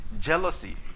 jealousy